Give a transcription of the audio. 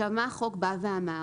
החוק אמר